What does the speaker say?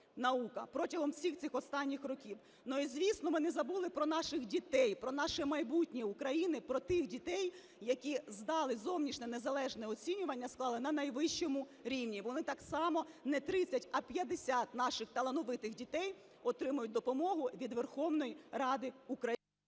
протягом всіх цих останніх років. Ну і, звісно, ми не забули про наших дітей, про наше майбутнє України, про тих дітей, які зовнішнє незалежне оцінювання склали на найвищому рівні. Вони так само, не 30, а 50 наших талановитих дітей, отримають допомогу від Верховної Ради України.